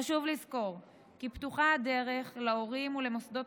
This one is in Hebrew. חשוב לזכור כי פתוחה הדרך להורים ולמוסדות